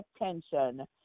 attention